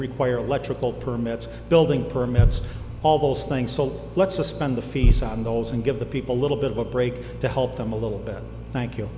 require electrical permits building permits all those things so let's suspend the fees on those and give the people little bit of a break to help them a little bit thank you